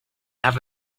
have